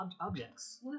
objects